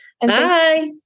Bye